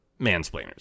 mansplainers